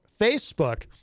Facebook